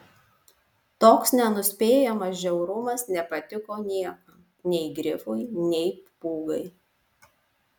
toks nenuspėjamas žiaurumas nepatiko niekam nei grifui nei pūgai